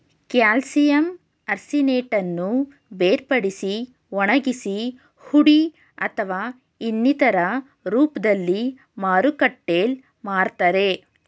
calcium ಆರ್ಸಿನೇಟನ್ನು ಬೇರ್ಪಡಿಸಿ ಒಣಗಿಸಿ ಹುಡಿ ಅಥವಾ ಇನ್ನಿತರ ರೂಪ್ದಲ್ಲಿ ಮಾರುಕಟ್ಟೆಲ್ ಮಾರ್ತರೆ